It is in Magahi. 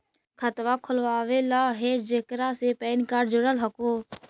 खातवा खोलवैलहो हे जेकरा मे पैन कार्ड जोड़ल हको?